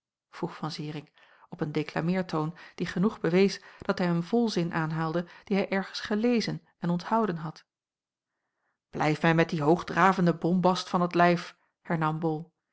vroeg van zirik op een deklameertoon die genoeg bewees dat hij een volzin aanhaalde dien hij ergens gelezen en onthouden had blijf mij met dien hoogdravenden bombast van t lijf hernam bol